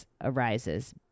arises